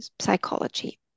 psychology